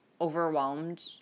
overwhelmed